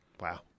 Wow